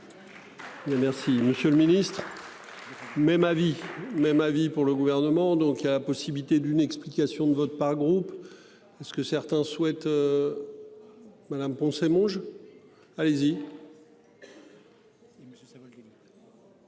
Merci monsieur le ministre. Même avis. Même avis pour le gouvernement, donc il y a la possibilité d'une explication de vote par groupe à ce que certains souhaitent. Madame Poncet Monge. Allez-y.